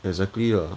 exactly